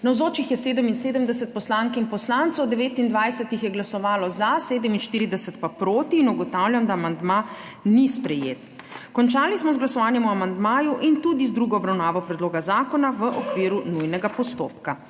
Navzočih je 77 poslank in poslancev, 29 jih je glasovalo za, 47 pa proti. (Za je glasovalo 29.) (Proti 47.) Ugotavljam, da amandma ni sprejet. Končali smo z glasovanjem o amandmaju in tudi z drugo obravnavo predloga zakona, v okviru nujnega postopka.